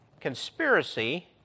conspiracy